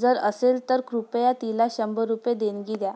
जर असेल तर कृपया तिला शंभर रुपये देणगी द्या